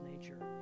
nature